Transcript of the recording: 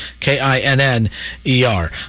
K-I-N-N-E-R